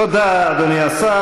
תודה, אדוני השר.